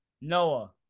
Noah